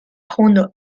hundo